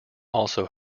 also